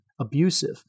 abusive